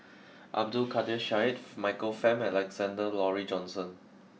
Abdul Kadir Syed Michael Fam and Alexander Laurie Johnson